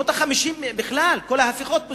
ובשנות ה-50 בכלל, כל ההפיכות בסוריה,